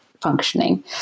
functioning